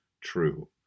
true